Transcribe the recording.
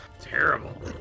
Terrible